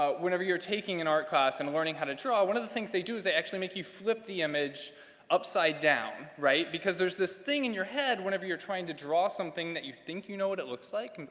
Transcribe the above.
ah whenever you're taking an art class and learning how to draw one of the things they do is they actually make you flip the image upside down, right? because there's this thing in your head whenever you're trying to draw something that you think you know what it looks like.